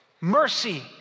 mercy